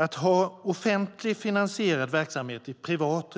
Att ha offentligt finansierad verksamhet i privat